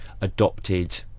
adopted